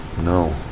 No